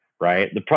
right